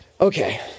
okay